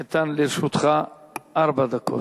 איתן, לרשותך ארבע דקות.